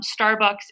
Starbucks